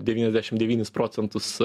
devyniasdešim devynis procentus